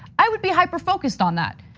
i would be hyper focused on that.